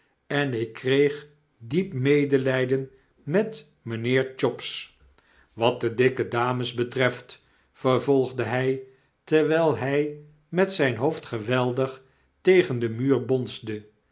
en ik kreeg diep medelyden met mijnheer chops wat de dikke dames betreft vervolgde hy terwyl hy met zijn hoofd geweldig tegen den muur bonsde